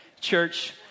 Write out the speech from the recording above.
Church